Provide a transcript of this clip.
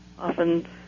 often